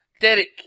Derek